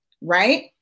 right